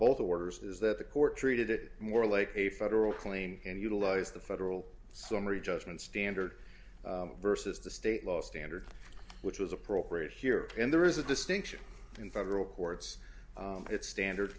both orders is that the court treated it more like a federal clean and utilize the federal summary judgment standard versus the state law standard which was appropriate here and there is a distinction in federal courts it's standard